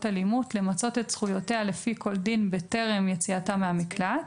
אלימות למצות את זכויותיה לפי כל דין בטרם יציאתה מהמקלט,